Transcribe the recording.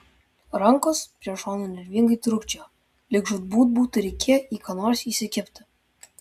rankos prie šonų nervingai trūkčiojo lyg žūtbūt būtų reikėję į ką nors įsikibti